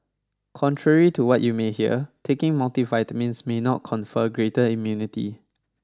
contrary to what you may hear taking multivitamins may not confer greater immunity